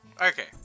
Okay